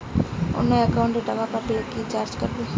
অন্য একাউন্টে টাকা পাঠালে কি চার্জ কাটবে?